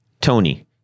tony